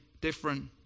different